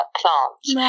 plants